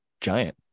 giant